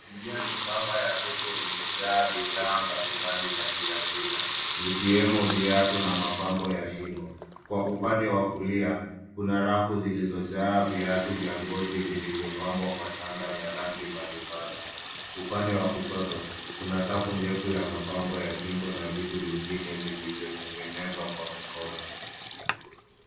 Njia nyembamba ya soko, imejaa bidhaa mbalimbali za kiafrika, zikiwemo viatu na mapambo ya shingo. Kwa upande wa kulia, kuna rafu zilizojaa viatu vya ngozi vilivyopambwa kwa shanga za rangi mbalimbali. Upande wa kushoto, kuna safu ndefu ya mapambo ya shingo na vitu vingine vilivyotegenezwa kwa mikono.